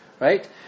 right